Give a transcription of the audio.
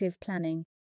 planning